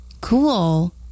Cool